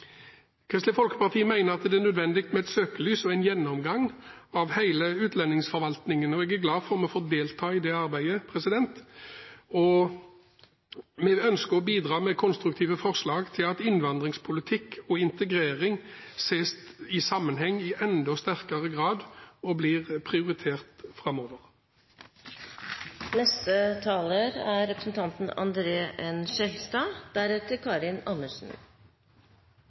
Kristelig Folkeparti mener at det er nødvendig med et søkelys på og en gjennomgang av hele utlendingsforvaltningen. Jeg er glad for at vi får delta i det arbeidet. Vi ønsker å bidra med konstruktive forslag til at innvandringspolitikk og integrering ses i sammenheng i enda sterkere grad og blir prioritert framover.